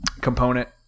component